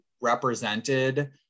represented